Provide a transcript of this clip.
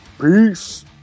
Peace